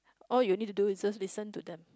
all you need to do is just listen to them